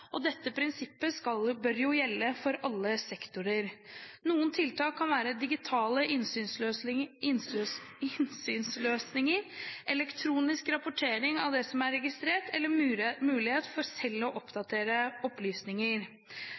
og dette prinsippet bør gjelde for alle sektorer. Noen tiltak kan være digitale innsynsløsninger, elektronisk rapportering av det som er registrert, eller mulighet for selv å oppdatere opplysninger.